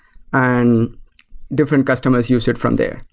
and different customers use it from there.